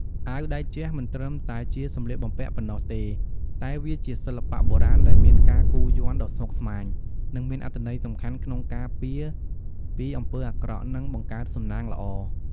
អាវតេជៈមិនត្រឹមតែជាសម្លៀកបំពាក់ប៉ុណ្ណោះទេ តែវាជាសិល្បៈបុរាណដែលមានការគូរយ័ន្តដ៏ស្មុគស្មាញ និងមានអត្ថន័យសំខាន់ក្នុងការពារពីអំពើអាក្រក់ និងបង្កើតសំណាងល្អ។